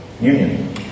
Union